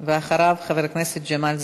ואחריו, חבר הכנסת ג'מאל זחאלקה.